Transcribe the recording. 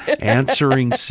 answering